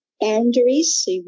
boundaries